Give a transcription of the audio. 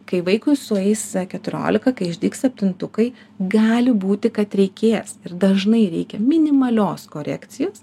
kai vaikui sueis keturiolika kai išdygs septintukai gali būti kad reikės ir dažnai reikia minimalios korekcijos